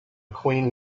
queen